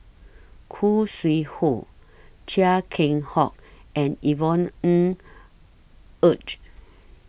Khoo Sui Hoe Chia Keng Hock and Yvonne Ng Uhde